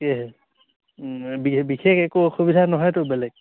সেই বিশেষ একো অসুবিধা নহয়তো বেলেগ